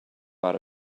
out